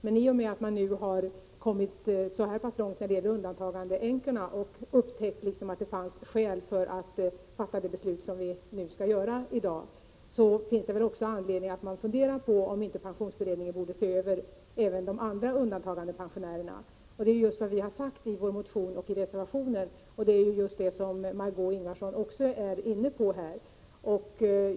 Men i och med att man nu kommit så här pass långt när det gäller undantagandeänkorna och upptäckt att det fanns skäl att fatta det beslut som vi skall fatta i dag, finns det anledning att fundera över om pensionsberedningen inte också borde se över frågan om de andra undantagandepensionärerna. Det är just vad vi har sagt i vår motion och i reservationer, och det är det som också Margö Ingvardsson är inne på här.